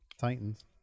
Titans